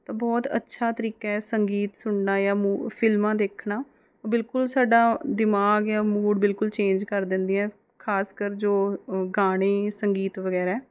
ਤਾਂ ਬਹੁਤ ਅੱਛਾ ਤਰੀਕਾ ਹੈ ਸੰਗੀਤ ਸੁਣਨਾ ਜਾਂ ਮੂ ਫਿਲਮਾਂ ਦੇਖਣਾ ਬਿਲਕੁਲ ਸਾਡਾ ਦਿਮਾਗ ਆ ਮੂਡ ਬਿਲਕੁਲ ਚੇਂਜ ਕਰ ਦਿੰਦੀਆਂ ਖਾਸ ਕਰ ਜੋ ਗਾਣੇ ਸੰਗੀਤ ਵਗੈਰਾ